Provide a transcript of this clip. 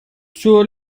zur